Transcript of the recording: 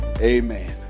amen